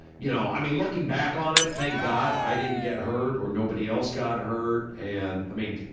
you know, i mean looking back on it, thank god i didn't get hurt. or nobody else got hurt. and, i mean,